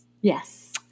Yes